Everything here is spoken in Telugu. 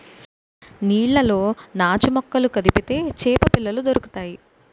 నీళ్లలో నాచుమొక్కలను కదిపితే చేపపిల్లలు దొరుకుతాయి